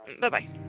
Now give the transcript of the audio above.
Bye-bye